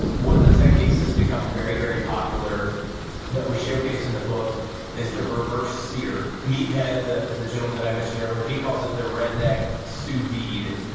one of the techniques that's become very, very popular that we showcase in the book is the reverse sear meathead, the the gentleman that i mentioned earlier, he calls it the redneck sous vide.